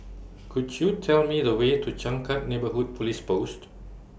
Could YOU Tell Me The Way to Changkat Neighbourhood Police Post